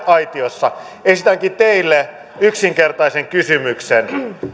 aitiossa esitänkin teille yksinkertaisen kysymyksen